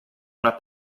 una